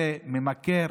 זה ממכר,